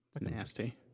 Nasty